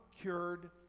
cured